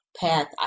path